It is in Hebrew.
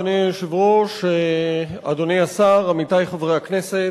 אדוני היושב-ראש, אדוני השר, עמיתי חברי הכנסת,